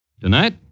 Tonight